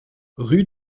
rue